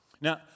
Now